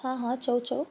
हा हा चओ चओ